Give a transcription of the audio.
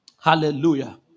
Hallelujah